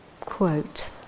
quote